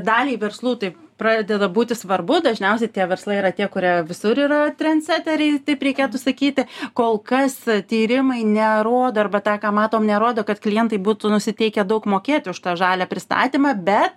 daliai verslų tai pradeda va būti svarbu dažniausiai tie verslai yra tie kurie visur yra trenceteriai taip reikėtų sakyti kol kas tyrimai nerodo arba tą ką matom nerodo kad klientai būtų nusiteikę daug mokėti už tą žalią pristatymą bet